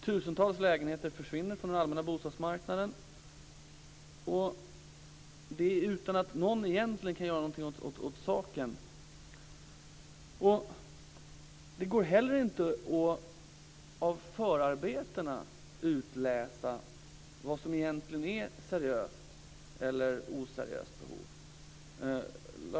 Tusentals lägenheter försvinner från den allmänna bostadsmarknaden utan att någon egentligen kan göra något åt saken. Det går inte att av förarbetena utläsa vad som är seriöst eller oseriöst behov.